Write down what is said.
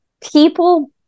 people